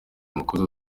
mukozi